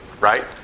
right